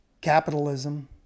capitalism